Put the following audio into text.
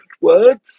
words